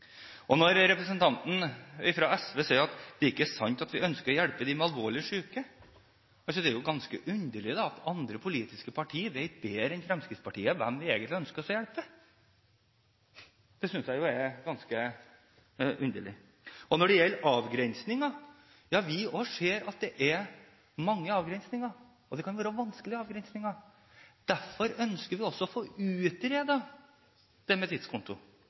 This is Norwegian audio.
Representanten fra SV sier at det ikke er sant at vi ønsker å hjelpe dem som er alvorlig syke. Det er ganske underlig at andre politiske partier vet bedre enn Fremskrittspartiet hvem vi egentlig ønsker å hjelpe. Det syns jeg er ganske underlig. Når det gjelder avgrensninger, ser vi også at det er mange avgrensninger, og at det kan være vanskelige avgrensninger. Derfor ønsker vi også å få utredet det med tidskonto,